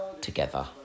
together